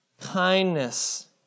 kindness